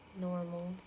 normal